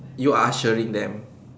you are ushering them